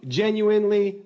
genuinely